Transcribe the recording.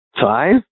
Five